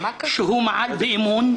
מעל באימון,